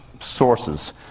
sources